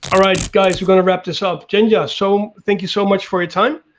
ah right guys, we're gonna wrap this up. janke, ah so thank you so much for your time.